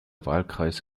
wahlkreis